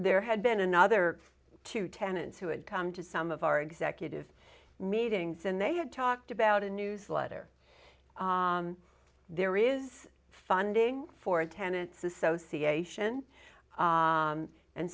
there had been another two tenants who had come to some of our executive meetings and they had talked about a newsletter there is funding for attendance association